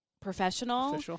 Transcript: professional